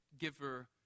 giver